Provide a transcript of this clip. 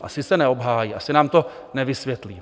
Asi se neobhájí, asi nám to nevysvětlí.